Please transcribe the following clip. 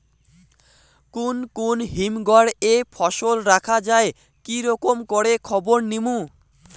কুন কুন হিমঘর এ ফসল রাখা যায় কি রকম করে খবর নিমু?